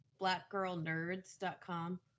blackgirlnerds.com